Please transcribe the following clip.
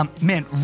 man